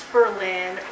Berlin